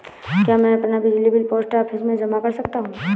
क्या मैं अपना बिजली बिल पोस्ट ऑफिस में जमा कर सकता हूँ?